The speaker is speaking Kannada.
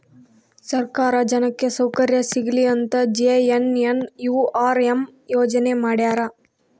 ಸರ್ಕಾರ ಜನಕ್ಕೆ ಸೌಕರ್ಯ ಸಿಗಲಿ ಅಂತ ಜೆ.ಎನ್.ಎನ್.ಯು.ಆರ್.ಎಂ ಯೋಜನೆ ಮಾಡ್ಯಾರ